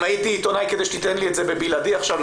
אם הייתי עיתונאי כדי שתיתן את זה בבלעדי עכשיו,